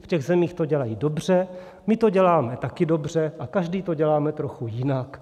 V těch zemích to dělají dobře, my to děláme taky dobře a každý to děláme trochu jinak.